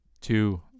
two